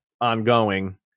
ongoing